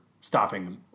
stopping